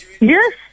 Yes